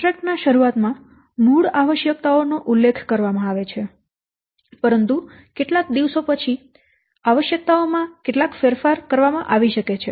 contract ના શુરુઆત માં મૂળ આવશ્યકતાઓ નો ઉલ્લેખ કરવામાં આવે છે પરંતુ કેટલાક દિવસો પછી આવશ્યકતાઓ માં કેટલાક ફેરફાર કરવામાં આવે છે